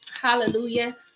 Hallelujah